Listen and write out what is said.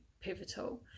pivotal